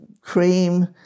cream